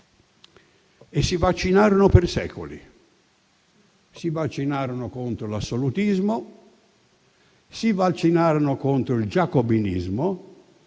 e si vaccinarono per secoli. Si vaccinarono contro l'assolutismo, contro il giacobinismo,